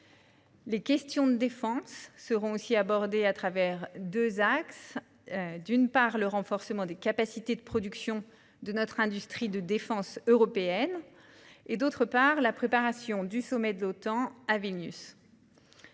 les questions de défense seront abordées au travers de deux axes : d'une part, le renforcement des capacités de production de notre industrie de défense européenne, d'autre part, la préparation du sommet de l'Organisation